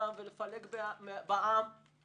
שאנחנו פועלים למען חופש הביטוי והיצירה,